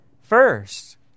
first